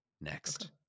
next